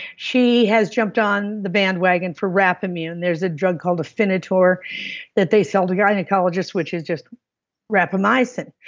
she has jumped on the bandwagon for rapoimmune. there's a drug called afinitor that they sell to gynecologists which is just rapamycin.